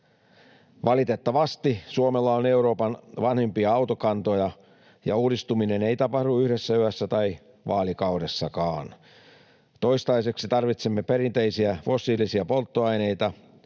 Valitettavasti Suomella on Euroopan vanhimpia autokantoja, ja uudistuminen ei tapahdu yhdessä yössä tai vaalikaudessakaan. Toistaiseksi tarvitsemme perinteisiä fossiilisia polttoaineita,